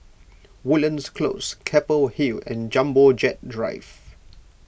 Woodlands Close Keppel Hill and Jumbo Jet Drive